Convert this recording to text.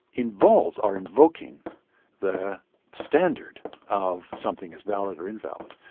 involves our invoking the standard of something as valid or invalid.